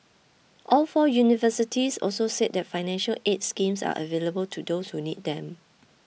all four universities also said that financial aid schemes are available to those who need them